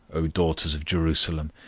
o daughters of jerusalem,